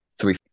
Three